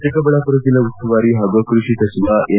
ಚಿಕ್ಕಬಳ್ಣಾಪುರ ಜಿಲ್ಲಾ ಉಸ್ತುವಾರಿ ಹಾಗೂ ಕೃಷಿ ಸಚಿವ ಎನ್